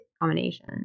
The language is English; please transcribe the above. combination